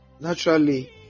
naturally